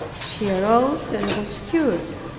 she arose and was cured.